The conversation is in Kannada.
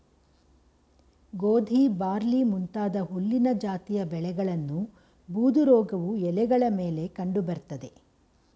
ಗೋಧಿ ಬಾರ್ಲಿ ಮುಂತಾದ ಹುಲ್ಲಿನ ಜಾತಿಯ ಬೆಳೆಗಳನ್ನು ಬೂದುರೋಗವು ಎಲೆಗಳ ಮೇಲೆ ಕಂಡು ಬರ್ತದೆ